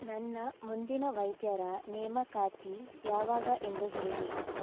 ನನ್ನ ಮುಂದಿನ ವೈದ್ಯರ ನೇಮಕಾತಿ ಯಾವಾಗ ಎಂದು ಹೇಳಿ